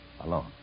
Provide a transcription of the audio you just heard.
alone